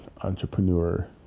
entrepreneur